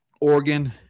Oregon